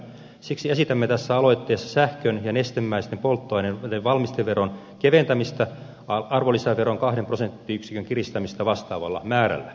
siksi esitämme tässä aloitteessa sähkön ja nestemäisten polttoaineiden valmisteveron keventämistä arvonlisäveron kahden prosenttiyksikön kiristämistä vastaavalla määrällä